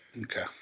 okay